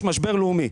יש משבר לאומי,